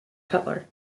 cutler